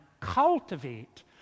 cultivate